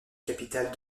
capitale